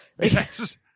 Yes